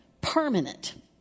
permanent